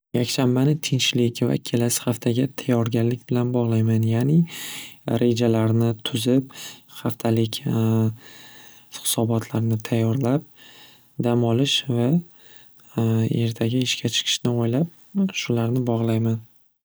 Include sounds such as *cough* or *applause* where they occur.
Yakshanbani tinchlik va kelasi xaftaga tayyorgarlik bilan bog'layman ya'ni rejalarni tuzib xaftalik *hesitation* hisobotlarni tayyorlab dam olish va *hesitation* ertaga ishga chiqishni o'ylab shularni bog'layman.